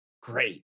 great